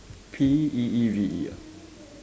P E E V E ah